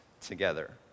together